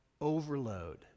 overload